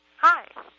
Hi